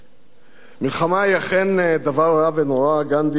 מלחמה היא אכן דבר רע ונורא, גנדי האמין בכך.